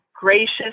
gracious